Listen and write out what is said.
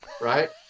Right